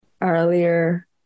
earlier